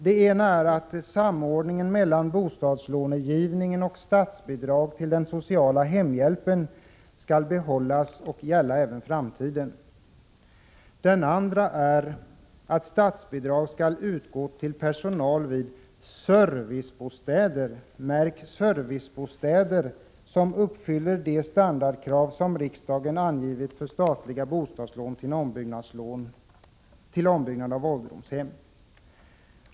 Den ena är att samordningen mellan bostadslånegivningen och stadsbidrag till den sociala hemhjälpen skall behållas och gälla även i framtiden. Den andra är att statsbidrag skall utgå till personal vid servicebostäder, märk väl servicebostäder, som uppfyller de standardkrav som riksdagen angivit för statliga bostadslån för ombyggnad av ålderdomshem.